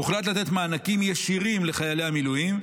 הוחלט לתת מענקים ישירים לחיילי המילואים,